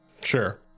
Sure